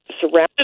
surrounded